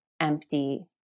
empty